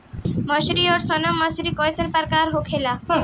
मंसूरी और सोनम मंसूरी कैसन प्रकार होखे ला?